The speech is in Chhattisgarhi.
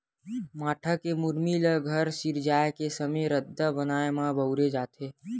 भाठा के मुरमी ल घर सिरजाए के समे रद्दा बनाए म बउरे जाथे